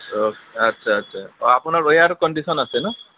okay আচ্ছা আচ্ছা অ' আপোনাৰ ৰয়াৰ কণ্ডিচন আছে ন'